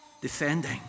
defending